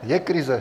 Je krize.